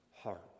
heart